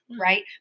Right